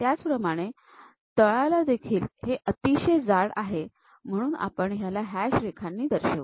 त्याचप्रमाणे तळालादेखील हे अतिशय जाड आहे म्हणून आपण याला हॅश रेखांनी दर्शवू